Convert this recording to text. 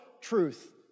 truth